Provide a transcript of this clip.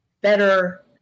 better